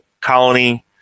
colony